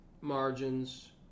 margins